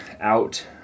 out